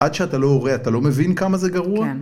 עד שאתה לא רואה, אתה לא מבין כמה זה גרוע? כן